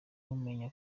mumenya